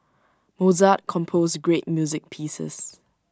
Mozart composed great music pieces